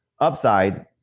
upside